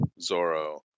Zorro